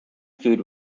food